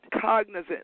cognizant